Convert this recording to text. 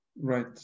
Right